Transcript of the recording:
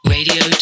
Radio